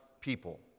people